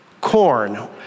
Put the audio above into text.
corn